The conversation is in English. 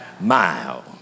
mile